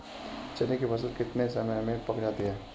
चने की फसल कितने समय में पक जाती है?